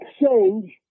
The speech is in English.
exchange